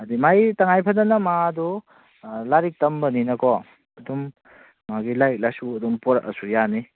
ꯑꯗꯨ ꯃꯥꯒꯤ ꯇꯉꯥꯏ ꯐꯗꯅ ꯃꯥꯗꯣ ꯂꯥꯏꯔꯤꯛ ꯇꯝꯕꯅꯤꯅꯀꯣ ꯑꯗꯨꯝ ꯃꯥꯒꯤ ꯂꯥꯏꯔꯤꯛ ꯂꯥꯏꯁꯨ ꯑꯗꯨꯝ ꯄꯨꯔꯛꯑꯁꯨ ꯌꯥꯅꯤ